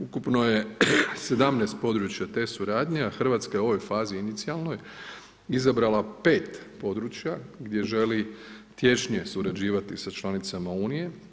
Ukupno je 17 područja te suradnje, a Hrvatska je u ovoj fazi inicijalnoj izabrala 5 područja gdje želi tiješnjije surađivati sa članicama Unije.